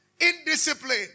Indiscipline